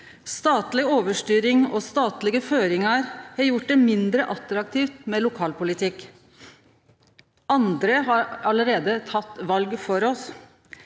Statleg overstyring og statlege føringar har gjort det mindre attraktivt med lokalpolitikk. Andre har allereie teke valet for oss.